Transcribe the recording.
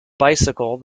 bicycle